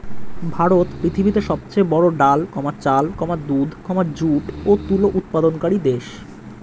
ভারত পৃথিবীতে সবচেয়ে বড়ো ডাল, চাল, দুধ, যুট ও তুলো উৎপাদনকারী দেশ